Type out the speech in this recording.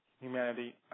humanity